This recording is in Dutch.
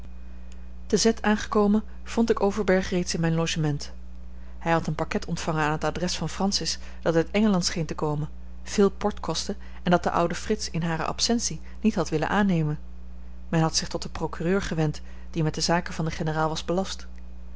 te z aangekomen vond ik overberg reeds in mijn logement hij had een pakket ontvangen aan het adres van francis dat uit engeland scheen te komen veel port kostte en dat de oude frits in hare absentie niet had willen aannemen men had zich tot den procureur gewend die met de zaken van den generaal was belast